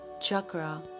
chakra